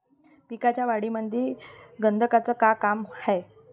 पिकाच्या वाढीमंदी गंधकाचं का काम हाये?